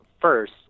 first